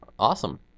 Awesome